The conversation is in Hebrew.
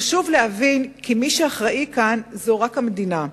חשוב להבין כי מי שאחראי כאן זה רק המדינה.